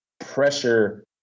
pressure